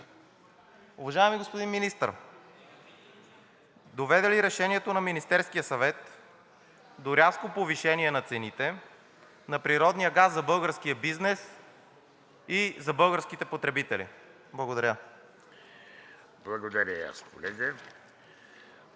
Уважаеми господин Министър, доведе ли решението на Министерския съвет до рязко повишение на цените на природния газ за българския бизнес и за българските потребители? Благодаря. ПРЕДСЕДАТЕЛ